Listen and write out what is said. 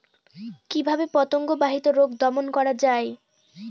কিভাবে পতঙ্গ বাহিত রোগ দমন করা যায়?